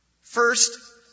First